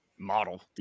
model